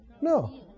No